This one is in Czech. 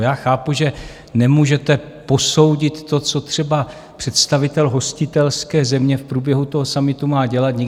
Já chápu, že nemůžete posoudit to, co třeba představitel hostitelské země v průběhu toho summitu má dělat.